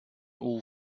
all